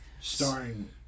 Starring